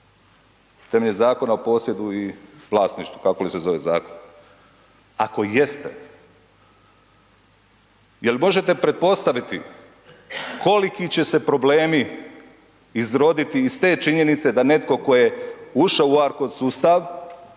temeljem Zakona o posjedu i vlasništvu, kako li se zove zakon? Ako jeste, je li možete pretpostaviti koliki će se problemi izroditi iz te činjenice da netko tko je ušao u ARKOD sustav